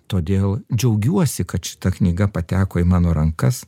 todėl džiaugiuosi kad šita knyga pateko į mano rankas